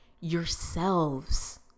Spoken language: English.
yourselves